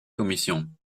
commission